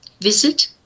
visit